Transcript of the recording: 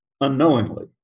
unknowingly